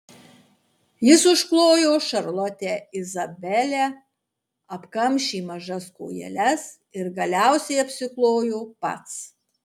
jis užklojo šarlotę izabelę apkamšė mažas kojeles ir galiausiai apsiklojo pats